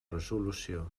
resolució